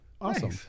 Awesome